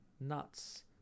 nuts